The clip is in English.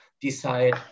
decide